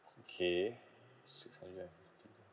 okay six hundred and fifty